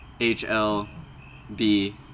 HLB